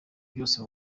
byose